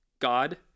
God